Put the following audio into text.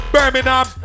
Birmingham